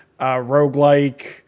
roguelike